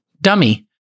dummy